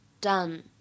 done